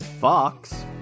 Fox